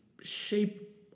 shape